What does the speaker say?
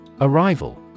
Arrival